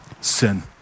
sin